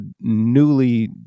newly